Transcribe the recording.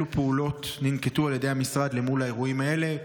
3. אילו פעולות ננקטו על ידי המשרד מול אירועים אלה,